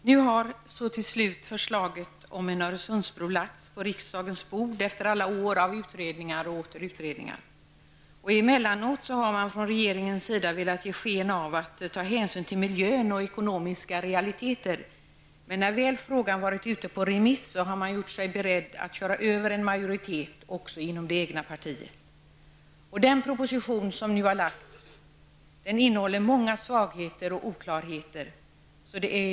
Herr talman! Till slut har nu förslaget om en Öresundsbro lagts på riksdagens bord, efter alla år av utredningar. Emellanåt har man från regeringens sida velat ge sken av att ta hänsyn till miljön och ekonomiska realiteter, men när frågan väl varit ute på remiss har man visat sig beredd att köra över en majoritet också inom det egna partiet. Den proposition som nu har lagts fram innehåller många svagheter och oklarheter.